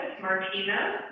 Martina